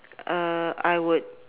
uh I would